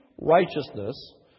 righteousness